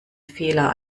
fehler